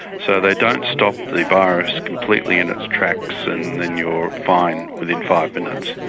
so they don't stop the virus completely in its tracks and then you are fine within five minutes.